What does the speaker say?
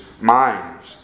minds